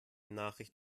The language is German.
nachricht